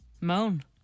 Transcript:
Moan